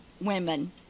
women